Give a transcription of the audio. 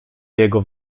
jego